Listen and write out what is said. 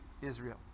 Israel